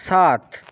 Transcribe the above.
ষাট